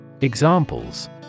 Examples